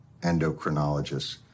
endocrinologists